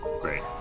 Great